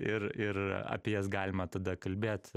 ir ir apie jas galima tada kalbėt